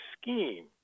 scheme